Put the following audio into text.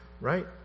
Right